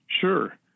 Sure